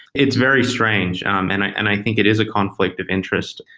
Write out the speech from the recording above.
it's very strange um and i think it is a conflict of interest,